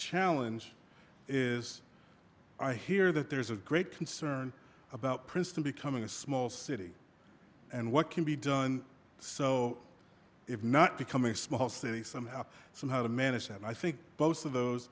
challenge is i hear that there's a great concern about princeton becoming a small city and what can be done so if not become a small city somehow somehow to manage that i think both of those